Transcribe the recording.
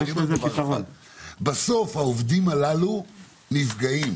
בסוף העובדים האלה נפגעים